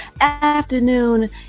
afternoon